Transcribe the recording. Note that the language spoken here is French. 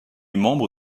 membre